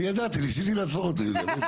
אני ידעתי, ניסיתי להפוך את זה יוליה.